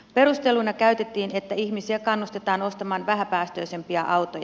perusteluina käytettiin että ihmisiä kannustetaan ostamaan vähäpäästöisempiä autoja